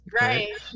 Right